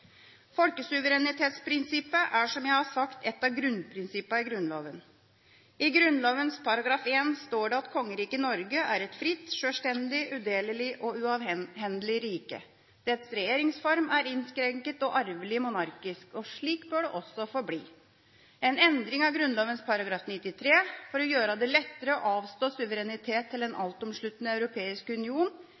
Folkesuverenitetsprinsippet er, som jeg har sagt, et av grunnprinsippene i Grunnloven. I Grunnloven § 1 står det: «Kongeriget Norge er et frit, selvstændigt, udeleligt og uafhændeligt Rige. Dets Regjeringsform er indskrænket og arvelig monarkisk.» Slik bør det også forbli. En endring av Grunnloven § 93 for å gjøre det lettere å avstå suverenitet til en altomsluttende europeisk union